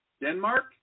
Denmark